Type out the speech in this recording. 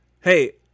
Hey